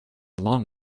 long